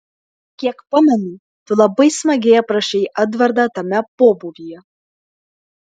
kiek pamenu tu labai smagiai aprašei edvardą tame pobūvyje